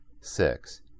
Six